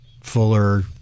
fuller